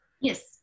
Yes